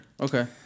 Okay